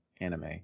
anime